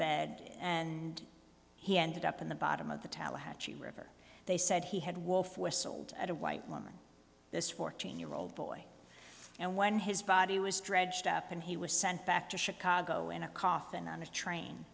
bed and he ended up in the bottom of the tallahatchie river they said he had wolf whistled at a white woman this fourteen year old boy and when his body was dredged up and he was sent back to chicago in a coffin on the train